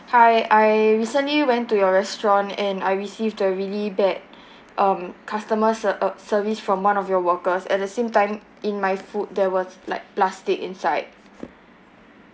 hi I recently went to your restaurant and I received a really bad um customer ser~ uh service from one of your workers at the same time in my food there was like plastic inside